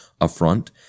affront